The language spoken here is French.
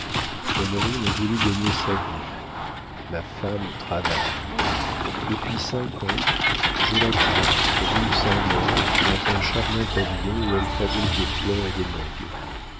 honorine a voulu gagner sa vie ma femme travaille depuis cinq ans je la tiens rue saint-maur dans un charmant pavillon où elle fabrique des fleurs et des modes